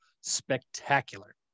spectacular